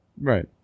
right